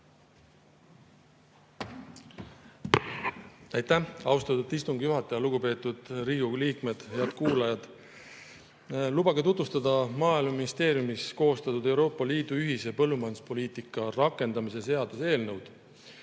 Aitäh, austatud istungi juhataja! Lugupeetud Riigikogu liikmed! Head kuulajad! Lubage tutvustada Maaeluministeeriumis koostatud Euroopa Liidu ühise põllumajanduspoliitika rakendamise seaduse eelnõu.